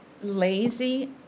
lazy